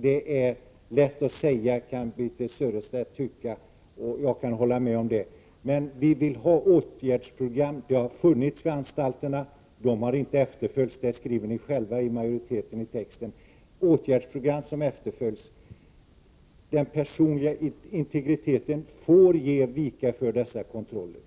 Birthe Sörestedt kanske kan tycka att det är lätt att säga så. Jag kan hålla med om det. Vi vill ha åtgärdsprogram. Sådana har funnits för anstalterna, men de har inte följts upp. Det skriver ni själva i utskottstexten. Vi vill ha åtgärdsprogram som följs upp. Den personliga integriteten får ge vika för dessa kontroller